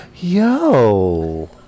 Yo